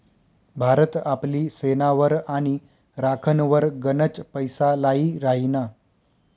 भारत आपली सेनावर आणि राखनवर गनच पैसा लाई राहिना